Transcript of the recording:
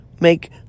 make